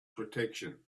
protection